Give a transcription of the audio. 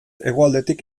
hegoaldetik